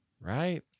right